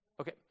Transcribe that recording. Okay